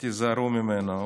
תיזהרו ממנו.